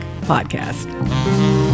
Podcast